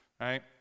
right